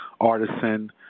artisan